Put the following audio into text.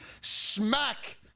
smack